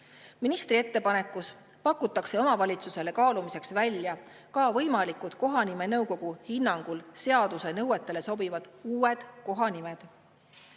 Ministri ettepanekus pakutakse omavalitsusele kaalumiseks välja ka võimalikud kohanimenõukogu hinnangul seaduse nõuetele sobivad uued kohanimed.